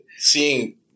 Seeing